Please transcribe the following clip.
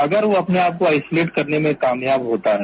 अगर वो अपने आप को आइसोलेट करने में कामयाब होता है